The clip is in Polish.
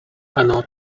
ano